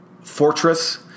Fortress